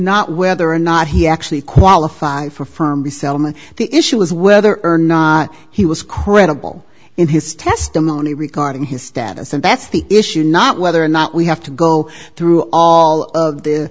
not whether or not he actually qualified for firmly selman the issue is whether or not he was credible in his testimony regarding his status and that's the issue not whether or not we have to go through all of a the